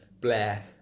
Blair